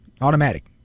automatic